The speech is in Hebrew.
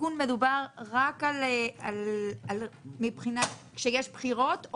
בתיקון מדובר רק כשיש בחירות?